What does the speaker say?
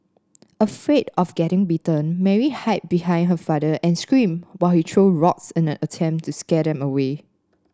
afraid of getting bitten Mary hide behind her father and screamed while he threw rocks in an attempt to scare them away